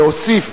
שהוסיף